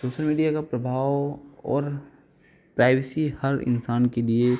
social media का प्रभाव और प्राइवेसी हर इंसान के लिए